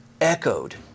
echoed